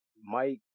Mike